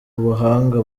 ubuhanga